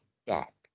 stop